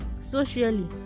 Socially